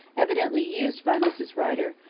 evidently used by mrs. rider,